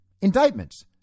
indictments